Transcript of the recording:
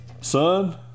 son